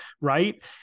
right